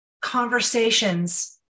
conversations